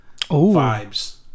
vibes